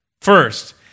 First